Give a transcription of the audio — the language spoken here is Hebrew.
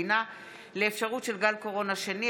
הצורך הדחוף בהיערכות רשויות המדינה לאפשרות של גל קורונה שני.